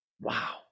Wow